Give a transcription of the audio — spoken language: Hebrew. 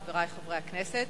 חברי חברי הכנסת,